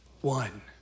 One